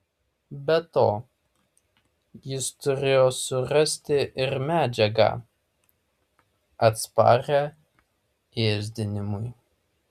be to jis turėjo surasti ir medžiagą atsparią ėsdinimui